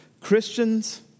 Christians